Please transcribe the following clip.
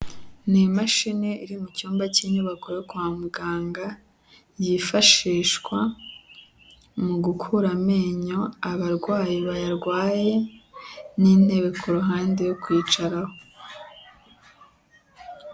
Ni imashini iri mu cyumba k'inyubako yo kwa muganga, yifashishwa mu gukura amenyo abarwayi bayarwaye n'intebe ku ruhande yo kwicaraho.